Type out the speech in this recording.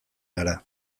gara